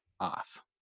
off